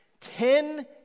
Ten